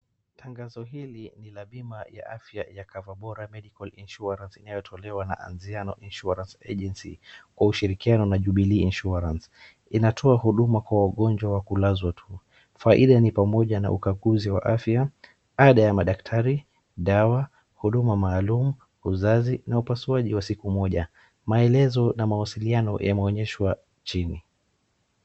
Tangazo hili nila bima ya afya ya Cover Bora Medical Insurance inayotelewa na Anziano Insurance Agency kwa ushirikiano na na Jubilee insurance. Inatoa huduma kwa wagonjwa wa kulazwa tu. Faida ni pamoja na ukakuzi wa afya, ada ya madaktari, dawa, huduma maalum, uzazi na upasuaji wa siku moja. Maelezo na mawasiliano yameonyeshwa chini.